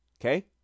Okay